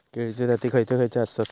केळीचे जाती खयचे खयचे आसत?